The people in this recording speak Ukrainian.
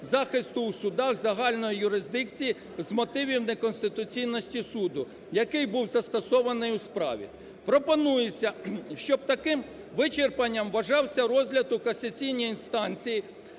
захисту у судах загальної юрисдикції з мотивів неконституційності суду, який був застосований у справі. Пропонується, що таким вичерпанням вважався розгляд у касаційній інстанції,